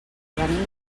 venim